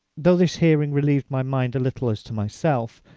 though this hearing relieved my mind a little as to myself,